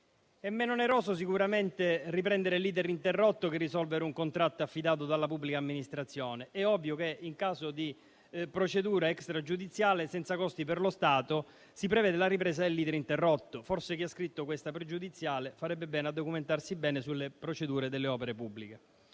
È meno oneroso sicuramente riprendere l'*iter* interrotto che risolvere un contratto affidato dalla pubblica amministrazione. È ovvio che in caso di procedura extragiudiziale senza costi per lo Stato si prevede la ripresa dell'*iter* interrotto. Forse chi ha scritto questa pregiudiziale farebbe bene a documentarsi bene sulle procedure delle opere pubbliche.